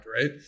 right